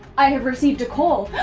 i have received a call.